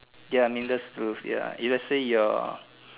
ya meaningless to lose ya if let's say your